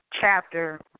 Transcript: chapter